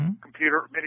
computer